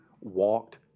walked